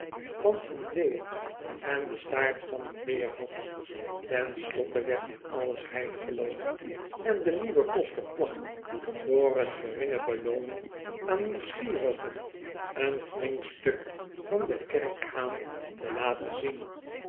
van een leeuw en den staart van een beer had ten slotte werd dit alles heilig geloofd en de nieuwe koster placht voor een geringe belooning aan nieuwsgierigen een flink stuk van den kerkhaan te laten zien